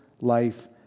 life